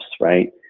right